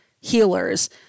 healers